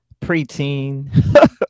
preteen